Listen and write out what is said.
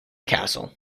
castle